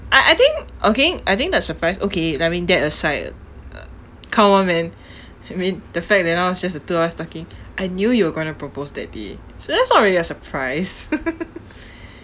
I I think okay I think the surprise okay I mean that aside uh come on man I mean the fact that now it's just the two of us talking I knew you were going to propose that day so that's not really a surprise